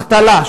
החתלה,